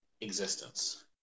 existence